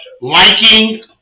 liking